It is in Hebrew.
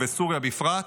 ובסוריה בפרט,